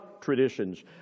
traditions